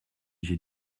j’ai